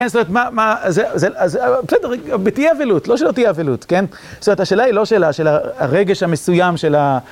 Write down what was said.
כן, זאת אומרת, מה, מה, זה, זה, בסדר, תהיה אבילות, לא שלא תהיה אבילות, כן? זאת אומרת, השאלה היא לא של הרגש המסוים של ה...